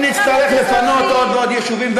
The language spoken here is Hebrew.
אם נצטרך לפנות עוד ועוד יישובים,